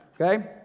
okay